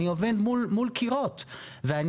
אני עובד מול קירות ואני,